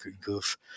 goof